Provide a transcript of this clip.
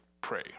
pray